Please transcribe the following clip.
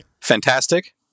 Fantastic